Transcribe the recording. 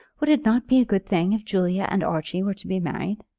would it not be a good thing if julia and archie were to be married?